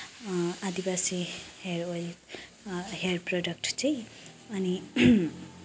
आदिवासी hair oil hair product चाहिँ अनि